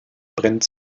brennt